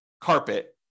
carpet